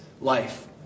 life